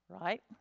Right